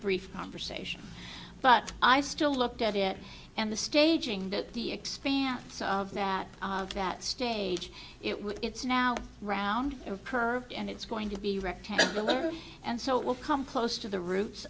brief conversation but i still looked at it and the staging that the expanse of now at that stage it was it's now round of curve and it's going to be rectangular and so it will come close to the roots